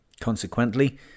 Consequently